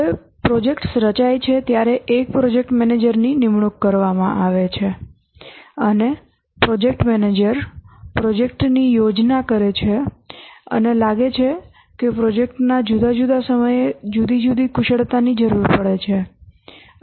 હવે પ્રોજેક્ટ્સ રચાય છે ત્યારે એક પ્રોજેક્ટ મેનેજરની નિમણૂક કરવામાં આવે છે અને પ્રોજેક્ટ મેનેજર પ્રોજેક્ટની યોજના કરે છે અને લાગે છે કે પ્રોજેક્ટના જુદા જુદા સમયે જુદી જુદી કુશળતાની જરૂર પડે છે